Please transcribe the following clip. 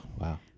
wow